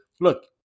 look